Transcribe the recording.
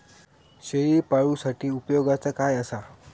शेळीपाळूसाठी उपयोगाचा काय असा?